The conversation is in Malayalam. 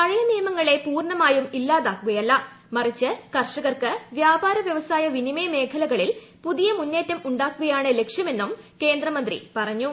പഴയ നിയമങ്ങളെ പൂർണമായും ഇല്ലാതാക്കുകയല്ല മറിച്ച് കർഷകർക്ക് വ്യാപാര വ്യവസായ വിനിമയ മേഖലകളിൽ പുതിയ മുന്നേറ്റം ഉണ്ടാക്കുകയാണ് ലക്ഷ്യമെന്നും കേന്ദ്രമന്ത്രി പറഞ്ഞു